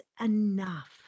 enough